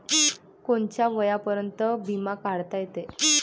कोनच्या वयापर्यंत बिमा काढता येते?